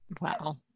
Wow